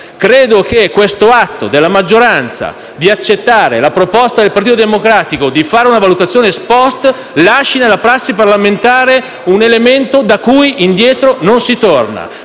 Credo che l'atto della maggioranza di accettare la proposta del Partito Democratico di fare una valutazione *ex post* lasci nella prassi parlamentare un elemento da cui indietro non si torna.